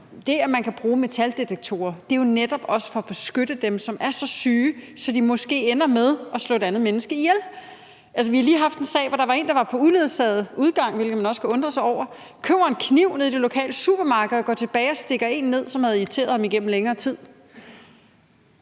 Det, at man kan bruge metaldetektorer, er jo netop også for at beskytte dem, som er så syge, at de måske ender med at slå et andet menneske ihjel. Altså, vi har lige haft en sag, hvor der var en, der var på uledsaget udgang, hvilket man også kan undre sig over, som købte en kniv nede i det lokale supermarked og gik tilbage og stak en ned, som havde irriteret ham igennem længere tid.